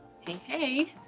hey